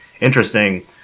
interesting